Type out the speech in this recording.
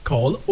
Call